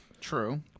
True